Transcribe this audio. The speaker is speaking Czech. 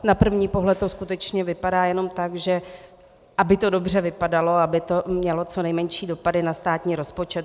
Na první pohled to skutečně vypadá jenom tak, že aby to dobře vypadalo, aby to mělo co nejmenší dopady na státní rozpočet.